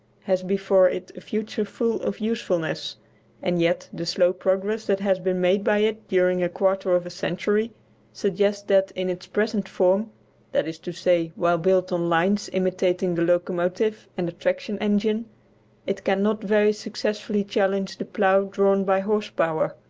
has before it a future full of usefulness and yet the slow progress that has been made by it during a quarter of a century suggests that, in its present form that is to say while built on lines imitating the locomotive and the traction-engine it cannot very successfully challenge the plough drawn by horse-power.